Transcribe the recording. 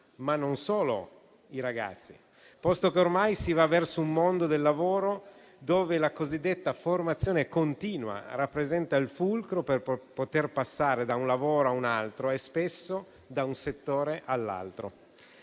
ma non solo loro, posto che ormai si va verso un mondo del lavoro in cui la cosiddetta formazione continua rappresenta il fulcro per poter passare da un lavoro a un altro e spesso da un settore all'altro.